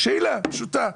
שאלה פשוטה.